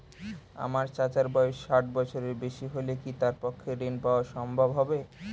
আমার চাচার বয়স ষাট বছরের বেশি হলে কি তার পক্ষে ঋণ পাওয়া সম্ভব হবে?